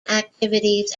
activities